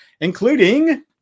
including